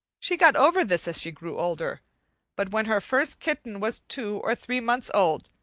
she got over this as she grew older but when her first kitten was two or three months old,